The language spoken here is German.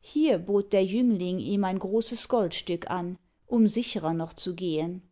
hier bot der jüngling ihm ein großes goldstück an um sichrer noch zu gehn